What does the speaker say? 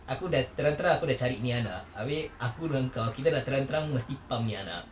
aku dah terang-terang aku dah cari ni anak habis aku dengan engkau kita dah terang-terang mesti pam ni anak